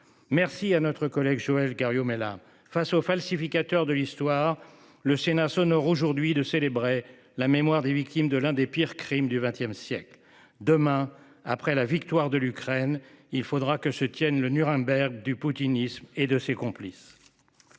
Merci à notre collègue Joël Guerriau mais la face aux falsificateurs de l'histoire, le Sénat sonore aujourd'hui de célébrer la mémoire des victimes de l'un des pires crimes du XXe siècle. Demain, après la victoire de l'Ukraine. Il faudra que se tienne le Nuremberg du poutinisme et de ses complices.